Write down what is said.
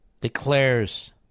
declares